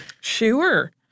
Sure